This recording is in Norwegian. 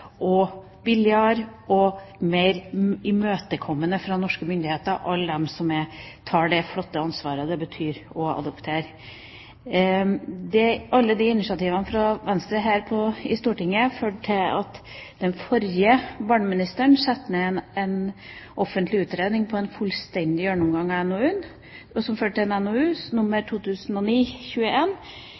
billigere og mer imøtekommende fra norske myndigheter for alle dem som har tatt det flotte ansvaret det er å adoptere. Alle de initiativene fra Venstre her i Stortinget førte til at den forrige barneministeren satte ned en offentlig utredning med en fullstendig gjennomgang av adopsjon og som førte til